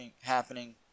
happening